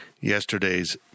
yesterday's